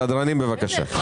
אדוני, סדרנים, בבקשה.